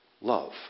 Love